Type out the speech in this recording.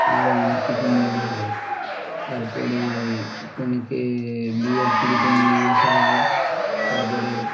আরও অনেক কিছু নিয়ম হয় তারপরে কনেকে বিয়ের পিড়িতে নিয়ে আসা হয় তারপরে